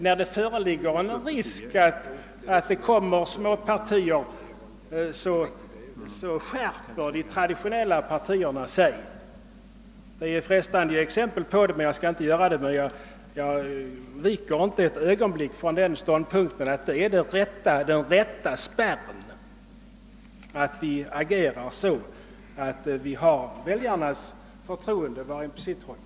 När det föreligger en risk för småpartier, så skärper sig de traditionella partierna — det är frestande att ge exempel på det; jag skall inte göra det men jag viker inte ett ögonblick från ståndpunkten att den rätta spärren är att agera så att vi får väljarnas förtroende var och en på sitt håll.